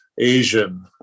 Asian